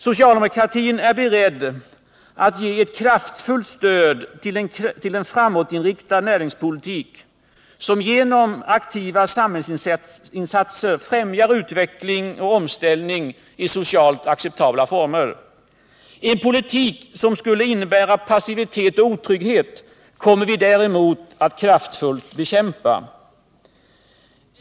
Socialdemokratin är beredd att ge ett kraftfullt stöd till en framåtinriktad näringspolitik som genom aktiva samhällsinsatser främjar utveckling och omställning i socialt acceptabla former. En politik som skulle innebära passivitet och otrygghet kommer vi däremot att kraftfullt bekämpa.